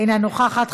אינה נוכחת,